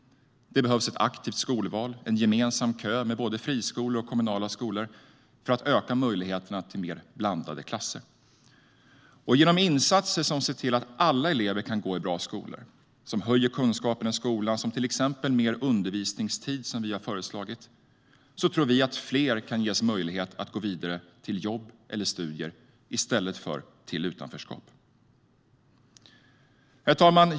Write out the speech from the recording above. Det behövs ett aktivt skolval och en gemensam kö med både friskolor och kommunala skolor för att öka möjligheterna till mer blandade klasser. Genom insatser som ser till att alla elever kan gå i bra skolor och som höjer kunskapen i skolan - det handlar till exempel om mer undervisningstid, som vi har föreslagit - tror vi att fler kan ges möjlighet att gå vidare till jobb eller studier i stället för till utanförskap. Herr talman!